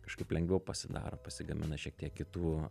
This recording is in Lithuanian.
kažkaip lengviau pasidaro pasigamina šiek tiek kitų